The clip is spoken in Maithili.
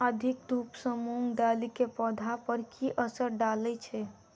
अधिक धूप सँ मूंग दालि केँ पौधा पर की असर डालय छै?